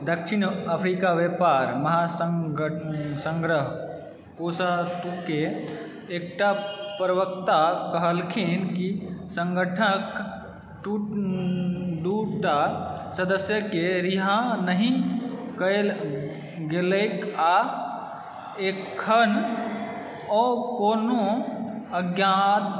दक्षिण अफ्रीका व्यापार महासङ्गग्रह ऊ सबके एकटा प्रवक्ता कहलखिन कि सङ्गठनक दूटा सदस्यके रिहा नहि कयल गेलैक आ एखन और कोनो अज्ञात